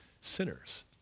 sinners